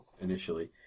initially